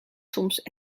soms